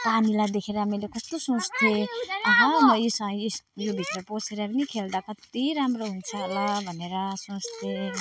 पानीलाई देखेर मैले कस्तो सोच्थेँ आहा म योसँग योभित्रको पसेर पनि खेल्दा कत्ति राम्रो हुन्छ होला भनेर सोच्थेँ